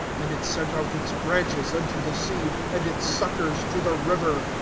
and it sent out its branches unto the sea, and its suckers to the river.